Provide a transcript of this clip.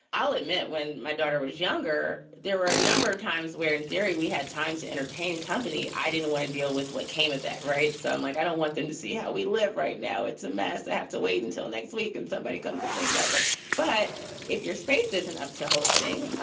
i'll admit, when my daughter was younger, there were a number of times where in theory we had time to entertain company. i didn't want to deal with what came of that. right, son. like, i don't want them to see how we live. right now, it's a mess. i have to wait until next week and somebody comes and cleans up. like but if your space isn't up to hosting,